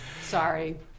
Sorry